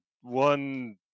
one